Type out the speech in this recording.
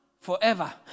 forever